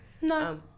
No